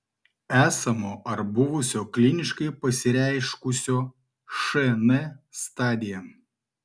esamo ar buvusio kliniškai pasireiškusio šn stadija